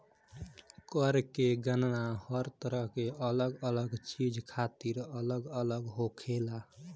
कर के गणना हर तरह के अलग अलग चीज खातिर अलग अलग होखेला